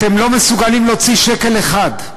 אתם לא מסוגלים להוציא שקל אחד,